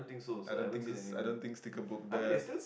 I don't think I don't think sticker book the